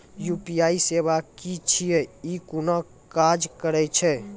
UPI सेवा की छियै? ई कूना काज करै छै?